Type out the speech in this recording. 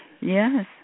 Yes